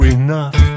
enough